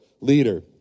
leader